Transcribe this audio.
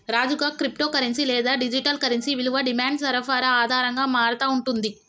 రాజుగా, crypto currency లేదా digital currency విలువ డిమాండ్ సరఫరా ఆధారంగా మారతా ఉంటుంది